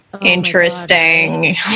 interesting